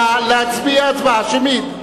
נא להצביע הצבעה שמית.